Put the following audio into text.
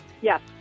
Yes